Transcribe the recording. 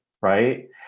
right